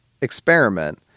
experiment